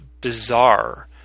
bizarre